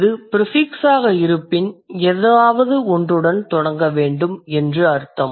இது ப்ரிஃபிக்ஸ் ஆக இருப்பின் ஏதாவது ஒன்றுடன் தொடங்க வேண்டும் என்று அர்த்தம்